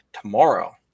tomorrow